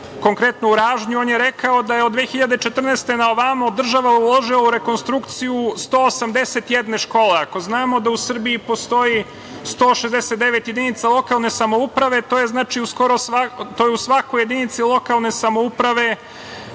konkretno u Ražnju, on je rekao da je od 2014. godine naovamo država uložila u rekonstrukciju 181 škole. Ako znamo da u Srbiji postoji 169 jedinica lokalne samouprave, to je u svakoj jedinici lokalne samouprave